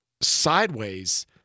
sideways